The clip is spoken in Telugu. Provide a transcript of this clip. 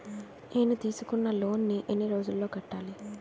నేను తీసుకున్న లోన్ నీ ఎన్ని రోజుల్లో కట్టాలి?